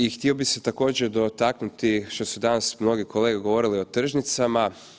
I htio bi se također dotaknuti što su danas mnogi kolege govorili o tržnicama.